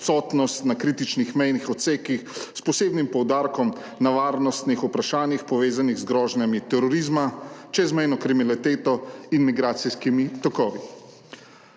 na kritičnih mejnih odsekih s posebnim poudarkom na varnostnih vprašanjih, povezanih z grožnjami terorizma, čezmejno kriminaliteto in migracijskimi tokovi.